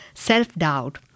Self-doubt